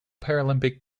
paralympic